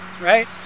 right